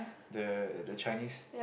the the Chinese